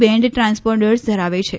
band transponders ધરાવે છે